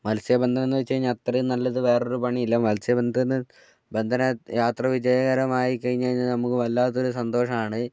മത്സ്യബന്ധനം എന്നുവെച്ച് കഴിഞ്ഞാൽ അത്രയും നല്ലത് വേറെ ഒരു പണിയില്ല മത്സ്യബന്ധനം ബന്ധനം യാത്ര വിജയകരമായി കഴിഞ്ഞു കഴിഞ്ഞാൽ നമുക്ക് വല്ലാത്തൊരു സന്തോഷമാണ്